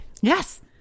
Yes